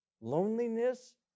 Loneliness